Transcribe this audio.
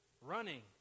running